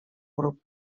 grup